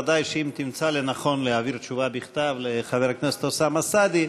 ודאי שאם תמצא לנכון להעביר תשובה בכתב לחבר הכנסת אוסאמה סעדי,